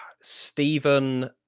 stephen